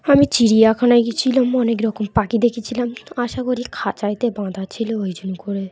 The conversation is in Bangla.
আমি চিড়িয়াখানায় গিয়েছিলাম অনেকরকম পাখি দেখেছিলাম আশা করি খাঁচাতে বাঁধা ছিল ওই জন্য করে